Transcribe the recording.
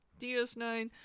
DS9